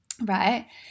right